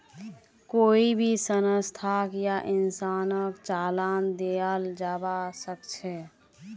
कोई भी संस्थाक या इंसानक चालान दियाल जबा सख छ